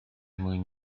mwyn